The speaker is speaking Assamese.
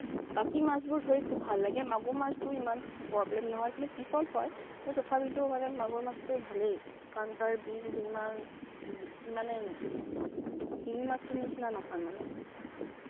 বাকী মাছবোৰ ধৰি খুব ভাল লাগে মাগুৰ মাছটোও ইমান প্ৰব্লেম নহয় কিন্তু পিচল হয় কিন্তু তথাপিতো মানে মাগুৰ মাছটো ভালেই কাৰণ তাৰ বিন্ধ ইমান মানে শিঙি মাছটোৰ নিচিনা নহয় মানে